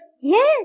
Yes